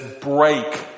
break